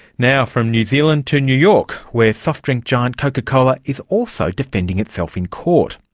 now from new zealand to new york where soft drink giant coca-cola is also defending itself in court.